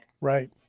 right